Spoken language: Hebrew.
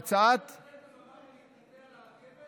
אתה רוצה להתנצל על הרכבת?